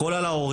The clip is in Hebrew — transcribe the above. הכל על ההורים.